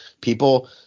people